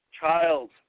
child